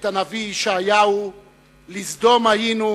"לסדום היינו,